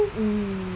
mm